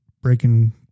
breaking